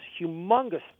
humongous